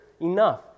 enough